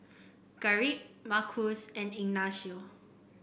Garrick Markus and Ignacio